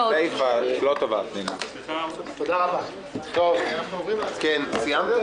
עידן רול רוצה לדבר?